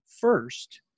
first